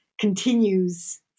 continues